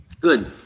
Good